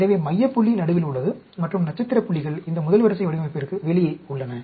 எனவே மைய புள்ளி நடுவில் உள்ளது மற்றும் நட்சத்திர புள்ளிகள் இந்த முதல் வரிசை வடிவமைப்பிற்கு வெளியே உள்ளன